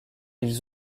ils